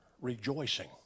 rejoicing